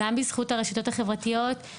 גם בזכות הרשתות החברתיות.